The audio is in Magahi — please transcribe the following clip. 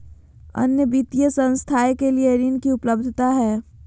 अन्य वित्तीय संस्थाएं के लिए ऋण की उपलब्धता है?